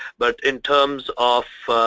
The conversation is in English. but in terms of